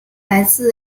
来自